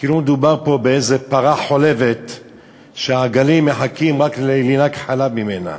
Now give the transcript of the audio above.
כאילו מדובר פה באיזה פרה חולבת שהעגלים מחכים רק לינוק חלב ממנה.